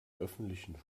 öffentlichen